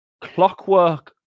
Clockwork